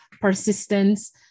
persistence